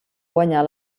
guanyar